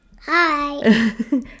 hi